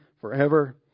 forever